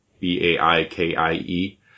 B-A-I-K-I-E